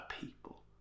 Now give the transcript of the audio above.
people